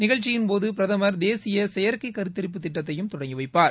நிகழ்ச்சியின்போது பிரதமர் தேசிய செயற்கை கருத்தரிப்பு திட்டத்தையும் தொடங்கி வைப்பார்